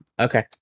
Okay